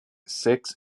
six